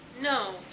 No